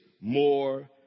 more